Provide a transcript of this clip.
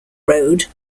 road